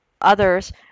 Others